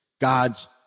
God's